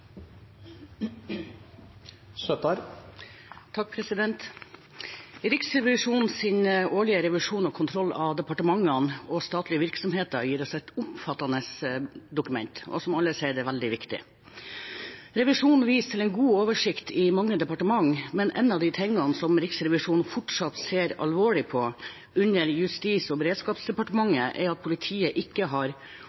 årlige revisjon og kontroll av departementene og statlige virksomheter gir oss et omfattende dokument som alle ser er veldig viktig. Revisjonen viser til god oversikt i mange departement, men en av de tingene som Riksrevisjonen fortsatt ser alvorlig på under Justis- og